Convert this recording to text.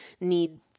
need